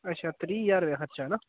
अच्छा त्रीह् ज्हार रपेआ खर्चा हैना